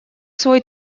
свой